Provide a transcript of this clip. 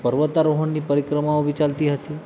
પર્વતારોહણની પરિક્રમાઓ બી ચાલતી હતી